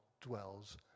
dwells